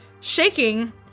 shaking